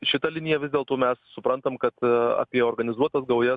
šita linija vis dėlto mes suprantam kad apie organizuotas gaujas